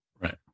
Right